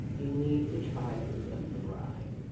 you need to try it with the rind